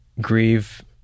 grieve